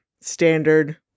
standard